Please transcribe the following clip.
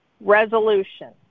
Resolution